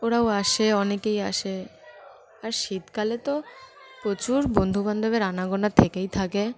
ওরাও আসে অনেকেই আসে আর শীতকালে তো প্রচুর বন্ধুবান্ধবের আনাগোনা থেকেই থাকে